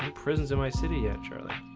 prisons of my city yet charlie